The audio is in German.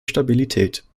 stabilität